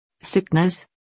Sickness